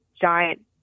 giant